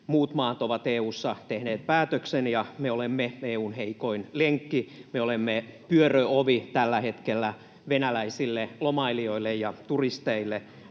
muut maat ovat EU:ssa tehneet päätöksen, ja me olemme EU:n heikoin lenkki. Me olemme pyöröovi tällä hetkellä venäläisille lomailijoille ja turisteille